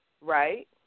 right